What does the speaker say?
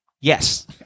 Yes